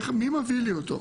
מי מביא לי אותו?